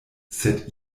sed